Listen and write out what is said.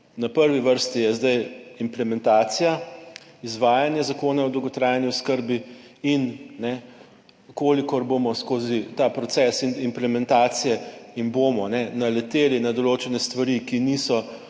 Na prvi vrsti je zdaj implementacija izvajanje Zakona o dolgotrajni oskrbi in v kolikor bomo skozi ta proces in implementacije in bomo naleteli na določene stvari, ki niso